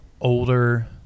older